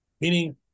meaning